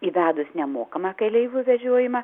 įvedus nemokamą keleivių vežiojimą